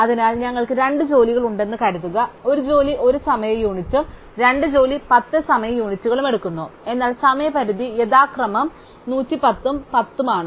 അതിനാൽ ഞങ്ങൾക്ക് 2 ജോലികൾ ഉണ്ട് എന്ന് കരുതുക 1 ജോലി 1 സമയം യൂണിറ്റും 2 ജോലി 10 സമയ യൂണിറ്റുകളും എടുക്കുന്നു എന്നാൽ സമയപരിധി യഥാക്രമം 110 ഉം 10 ഉം ആണ്